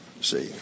see